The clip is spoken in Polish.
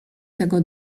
tego